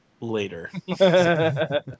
later